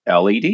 LED